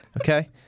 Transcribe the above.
Okay